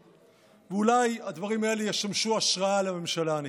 ואולי הדברים האלה ישמשו השראה לממשלה הנכנסת: